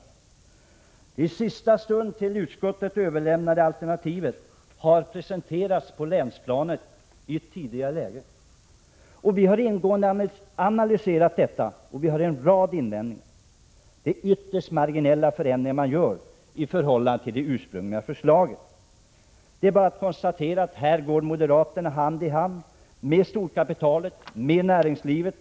Det i sista stund till utskottet överlämnade alternativet har i ett tidigt skede presenterats på länsplanet. Vi har ingående analyserat detta, och vi har en rad invändningar. Det är ytterst marginella förändringar man gör i förhållande till det ursprungliga förslaget. Det är bara att konstatera att moderaterna här går hand i hand med storkapitalet, med näringslivet.